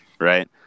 right